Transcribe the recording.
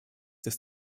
des